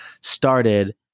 started